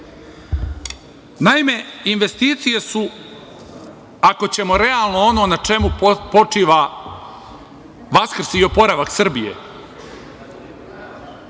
Naime, investicije su ako ćemo realno ono na čemu počiva vaskrs i oporavak Srbije.